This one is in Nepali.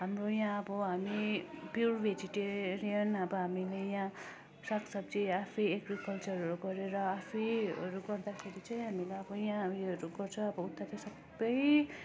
हाम्रो यहाँ अब हामी प्योर भेजिटेरियन अब हामीले यहाँ सागसब्जी आफै एग्रिकल्चरहरू गरेर आफैहरू गर्दाखेरि चाहिँ हामीलाई अब यहाँ उयोहरू गर्छ अब उता चाहिँ सबै